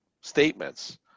statements